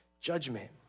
judgment